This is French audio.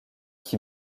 qui